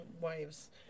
wives